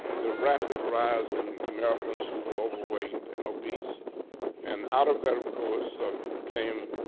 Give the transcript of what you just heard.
the rapid rise in americans who are overweight and obese and out of that of course came,